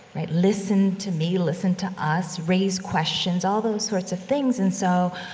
right? listen to me, listen to us, raise questions, all those sorts of things. and so,